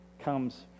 comes